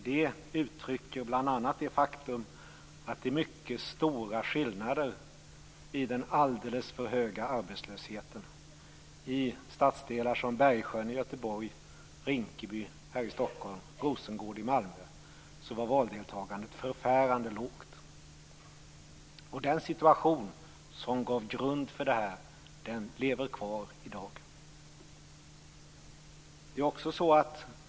Det uttrycker bl.a. det faktum att det är stora skillnader i den alldeles för höga arbetslösheten i stadsdelar som Bergsjön i Göteborg, Rinkeby här i Stockholm och Rosengård i Malmö. Valdeltagandet var förfärande lågt. Den situation som gav grunden till detta lever kvar i dag.